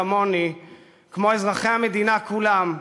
כמוני וכמו אזרחי המדינה כולם,